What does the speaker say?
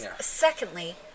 Secondly